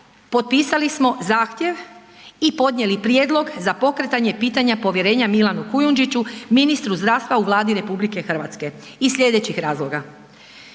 potpisali smo zahtjev i podnijeli prijedlog za pokretanje pitanja povjerenja Milanu Kujundžiću ministru zdravstva u Vladi RH iz sljedećih razloga: